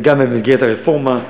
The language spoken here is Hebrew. וגם במסגרת הרפורמה,